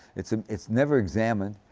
it is never examined.